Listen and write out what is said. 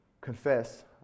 confess